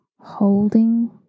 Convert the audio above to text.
holding